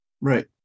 Right